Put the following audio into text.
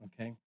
okay